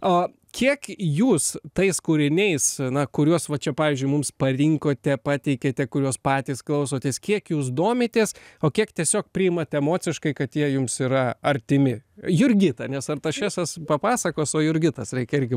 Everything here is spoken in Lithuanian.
o kiek jūs tais kūriniais kuriuos va čia pavyzdžiui mums parinkote pateikėte kuriuos patys klausotės kiek jūs domitės o kiek tiesiog priimat emociškai kad jie jums yra artimi jurgita nes artašesas papasakos o jurgitos reikia irgi